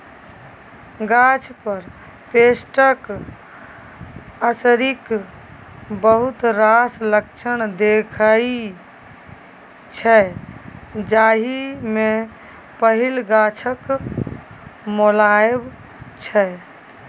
गाछ पर पेस्टक असरिक बहुत रास लक्षण देखाइ छै जाहि मे पहिल गाछक मौलाएब छै